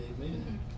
Amen